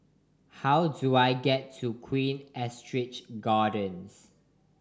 how do I get to Queen Astrid Gardens